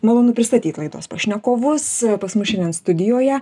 malonu pristatyt laidos pašnekovus pas mus šiandien studijoje